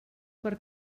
per